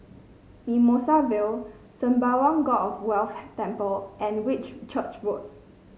Mimosa Vale Sembawang God of Wealth Temple and Whitchurch Road